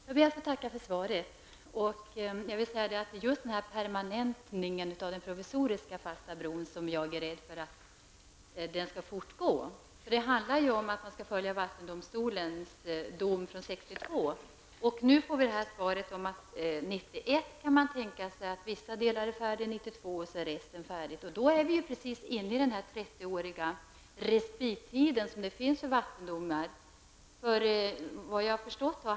Herr talman! Jag ber att få tacka för svaret. Jag är rädd för att permanentningen av den provisoriska fasta bron kommer att få fortgå. Vattenfalls dom från 1962 skall följas. Vi får nu i svaret höra att det kan tänkas att vissa delar av bron är färdiga 1991 och att resterande delar blir färdiga 1992. Då har vi precis kommit fram till utgången av den 30-åriga respittiden för vattendomar.